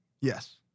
Yes